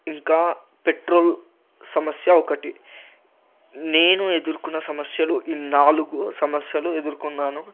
ఇంకా పెట్రోల్ సమస్య ఒకటి నేను ఎదుర్కొన్న సమస్యలు ఈ నాలుగు సమస్యలు ఎదురుకొన్నాను